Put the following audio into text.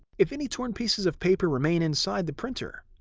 if any torn pieces of paper remain inside the printer,